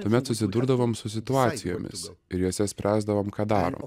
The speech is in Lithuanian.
tuomet susidurdavom su situacijomis ir jose spręsdavom ką darom